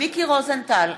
מיקי רוזנטל,